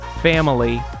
family